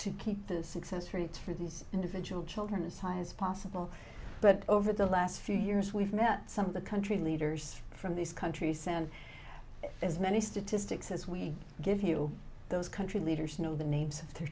to keep the success rate for these individual children as high as possible but over the last few years we've met some of the country's leaders from this country sound as many statistics as we give you those country leaders know the names of their